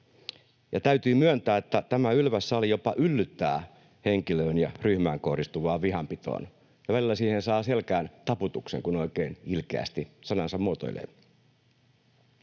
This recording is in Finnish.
Ja täytyy myöntää, että tämä ylväs sali jopa yllyttää henkilöön ja ryhmään kohdistuvaan vihanpitoon, ja välillä siihen saa selkääntaputuksen, kun oikein ilkeästi sanansa muotoilee.